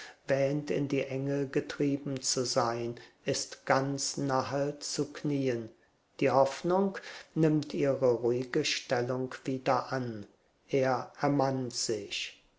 wähnt in die enge getrieben zu sein ist ganz nahe zu knien die hoffnung nimmt ihre ruhige stellung wieder an er ermannt sich